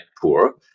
poor